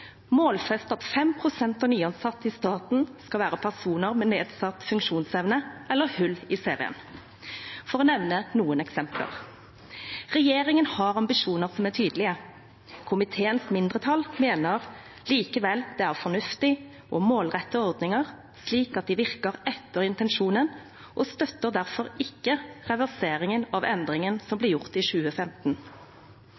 målfeste at 5 pst. av nyansatte i staten skal være personer med nedsatt funksjonsevne eller hull i CV-en – for å nevne noen eksempler. Regjeringens ambisjoner er tydelige. Komiteens mindretall mener likevel det er fornuftig å målrette ordninger slik at de virker etter intensjonen, og støtter derfor ikke reverseringen av endringen som